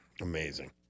Amazing